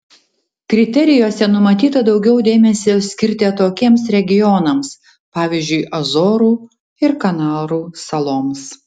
kriterijuose numatyta daugiau dėmesio skirti atokiems regionams pavyzdžiui azorų ir kanarų saloms